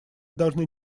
должны